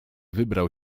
wybrał